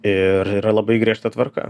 ir yra labai griežta tvarka